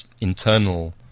internal